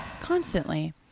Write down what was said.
constantly